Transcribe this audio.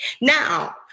Now